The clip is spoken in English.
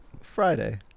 Friday